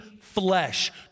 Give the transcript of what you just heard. flesh